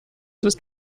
ist